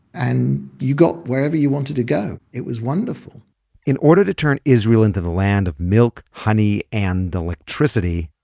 and you got wherever you wanted to go, it was wonderful in order to turn israel into the land of milk, honey and, electricity,